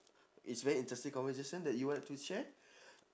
it's very interesting conversation that you w~ like to share